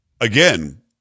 again